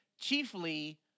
chiefly